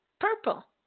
purple